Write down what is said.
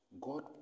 God